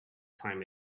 time